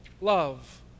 love